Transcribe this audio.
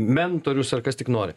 mentorius ar kas tik nori